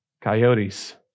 Coyotes